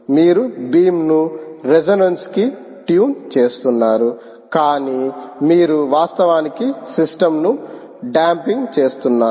మీరు బీమ్ ను రెసోనెన్సు కి ట్యూన్ చేస్తున్నారు కానీ మీరు వాస్తవానికి సిస్టమ్ ను డాంఫింగ్ చేస్తున్నారు